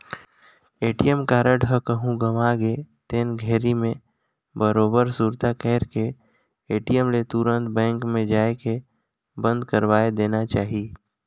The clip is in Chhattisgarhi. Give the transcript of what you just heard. ए.टी.एम कारड ह कहूँ गवा गे तेन घरी मे बरोबर सुरता कइर के ए.टी.एम ले तुंरत बेंक मे जायके बंद करवाये देना चाही